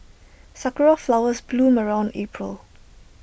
Sakura Flowers bloom around April